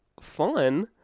fun